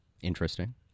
Interesting